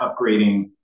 upgrading